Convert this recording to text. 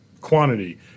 quantity